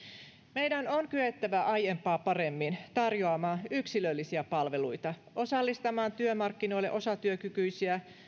meidän on kyettävä aiempaa paremmin tarjoamaan yksilöllisiä palveluita osallistamaan työmarkkinoille osatyökykyisiä